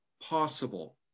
possible